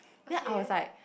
then I was like